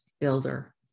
builder